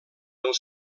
del